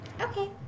Okay